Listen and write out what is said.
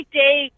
day